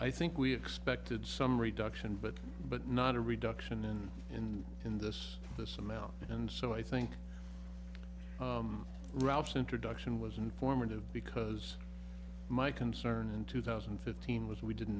i think we expected some reduction but but not a reduction in in in this this amount and so i think ralph's introduction was informative because my concern in two thousand and fifteen was we didn't